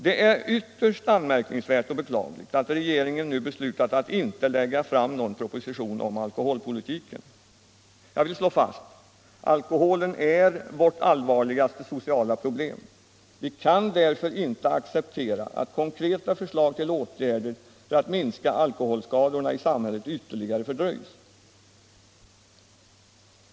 Det är ytterst anmärkningsvärt och beklagligt att regeringen nu beslutat att inte lägga fram någon proposition om alkoholpolitiken. Jag vill slå fast: Alkoholen är vårt allvarligaste sociala problem. Vi kan därför inte acceptera att konkreta förslag till åtgärder för att minska alkoholskadorna i samhället ytterligare fördröjs.